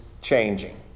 changing